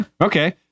Okay